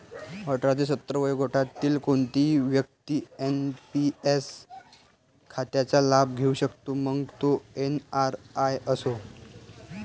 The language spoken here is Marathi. अठरा ते सत्तर वर्षे वयोगटातील कोणतीही व्यक्ती एन.पी.एस खात्याचा लाभ घेऊ शकते, मग तो एन.आर.आई असो